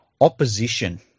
opposition